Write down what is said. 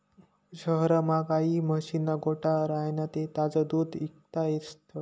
शहरमा गायी म्हशीस्ना गोठा राह्यना ते ताजं दूध इकता येस